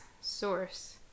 source